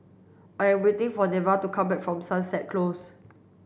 I am waiting for Neva to come back from Sunset Close